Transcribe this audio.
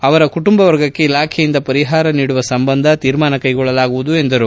ಅವರ ಕುಟುಂಬ ವರ್ಗಕ್ಕೆ ಇಲಾಖೆಯಿಂದ ಪರಿಹಾರ ನೀಡುವ ಸಂಬಂಧ ತೀರ್ಮಾನ ಕೈಗೊಳ್ಳಲಾಗುವುದು ಎಂದರು